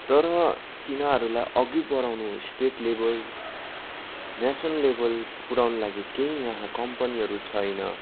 तर तिनीहरूलाई अघि बडाउनु स्टेट लेभल नेसनल लेभल पुर्याउनु लागि केही यहाँ कम्पनीहरू छैन